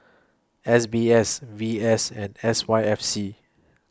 S B S V S and S Y F C